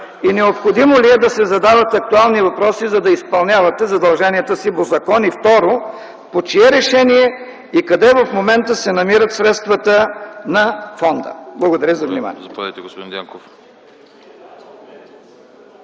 и необходимо ли е да се задават актуални въпроси, за да изпълнявате задълженията си по закон? Второ, по чие решение и къде в момента се намират средствата на фонда? Благодаря за вниманието.